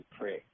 pray